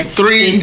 three